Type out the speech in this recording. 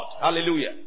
Hallelujah